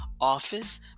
office